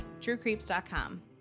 truecreeps.com